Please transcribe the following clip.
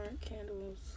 candles